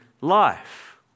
life